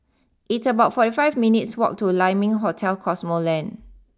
it's about forty five minutes' walk to Lai Ming Hotel Cosmoland